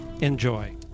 Enjoy